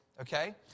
Okay